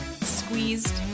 squeezed